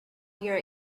your